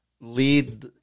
lead